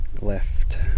left